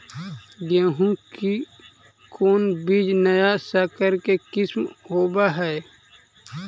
गेहू की कोन बीज नया सकर के किस्म होब हय?